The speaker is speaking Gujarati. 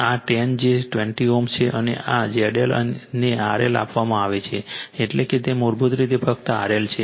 આ 10 j 20 Ω છે અને આ ZL ને RL આપવામાં આવે છે એટલે કે તે મૂળભૂત રીતે ફક્ત RL છે